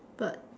but